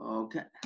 okay